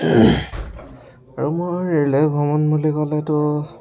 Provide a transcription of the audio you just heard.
আৰু মোৰ ৰেলেৰে ভ্ৰমণ বুলি ক'লেতো